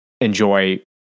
enjoy